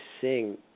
sing